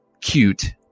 cute